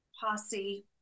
posse